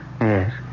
Yes